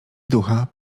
ducha